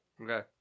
Okay